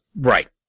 Right